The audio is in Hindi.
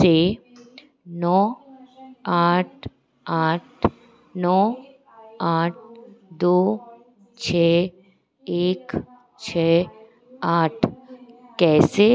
से नौ आठ आठ नौ आठ दो छे एक छः आठ कैसे